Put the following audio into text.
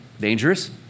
dangerous